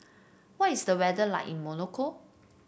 what is the weather like in Monaco